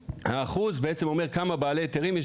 והאחוז בעצם אומר כמה בעלי היתרים יש